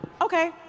okay